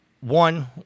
one